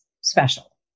special